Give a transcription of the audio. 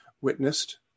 witnessed